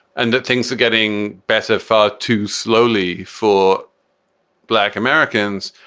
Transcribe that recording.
and things are getting better far too slowly for black americans.